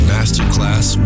Masterclass